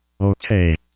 Okay